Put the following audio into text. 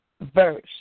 verse